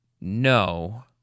no